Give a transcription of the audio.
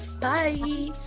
Bye